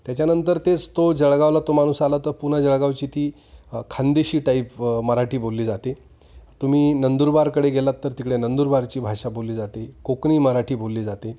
त्याच्यानंतर तेच तो जळगावला तो माणूस आला तर पुन्हा जळगावची ती खानदेशी टाईप मराठी बोलली जाते तुम्ही नंदुरबारकडे गेलात तर तिकडे नंदुरबारची भाषा बोलली जाते कोकणी मराठी बोलली जाते